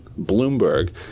Bloomberg